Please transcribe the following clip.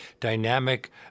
dynamic